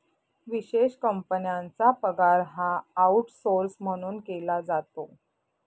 विशेष कंपन्यांचा पगार हा आऊटसौर्स म्हणून केला जातो